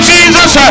Jesus